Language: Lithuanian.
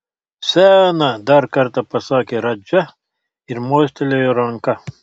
sena dar kartą pasakė radža ir mostelėjo ranka